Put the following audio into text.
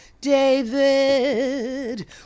David